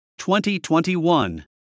2021